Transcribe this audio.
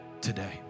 today